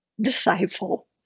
disciple